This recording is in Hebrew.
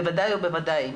בוודאי ובוודאי,